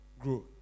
Grow